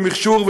מכשור,